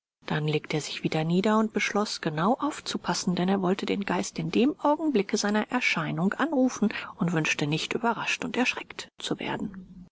dann legte er sich wieder nieder und beschloß genau aufzupassen denn er wollte den geist in dem augenblicke seiner erscheinung anrufen und wünschte nicht überrascht und erschreckt zu werden